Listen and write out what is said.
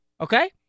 Okay